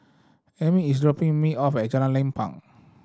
Amie is dropping me off at Jalan Lapang